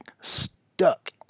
stuck